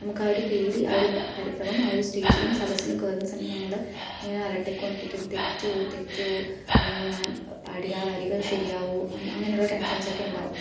നമുക്ക് ആ ഒര് പേടി ആ ഒര് ബ പരിഭ്രമം ആ ഒര് സ്റ്റേജിലും സദസ്സിലും കയറുന്ന സമയത്ത് നമ്മളെ ഇങ്ങനെ അലട്ടിക്കൊണ്ടിരിക്കും തെറ്റുമോ തെറ്റുമോ അല്ലെങ്കിൽ ഞാന് പാടിയാൽ ആ വരികള് ശരിയാകുമോ അങ്ങ് അങ്ങനെ ഉള്ള ടെന്ഷന്സൊക്കെ ഉണ്ടാകും